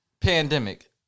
pandemic